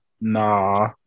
Nah